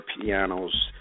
piano's